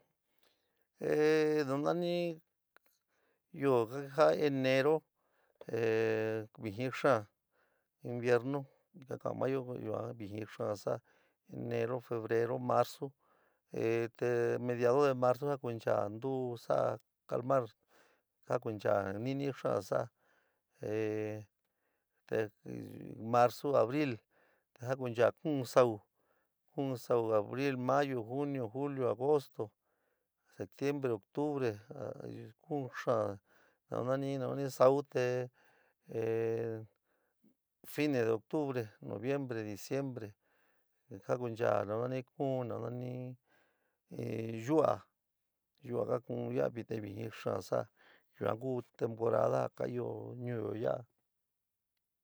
nu nu nani yoó ja enero vɨjin xaán inviernú ka ka'an maáyo yuan vɨjin xaán saá enero febrero marzu te mediado de marzu ja kunchaá ntuú sa'a calmar ja kunchaá nɨnɨ xaán sa'a te marzu abril jakunchaá kuún sa'u kuún saú abril mayo junio julio agosto septiembre octubre kuún xaán nanani sa'u te fines de octubre noviembre diciembre ja kunchaá nanani kuún nanani yu'á yua'a ka kuún yaá te vɨjin xaán saá yuan ku temporada ka ɨo ñuúyo yaa.